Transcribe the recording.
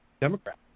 Democrat